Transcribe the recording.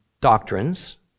doctrines